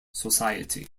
society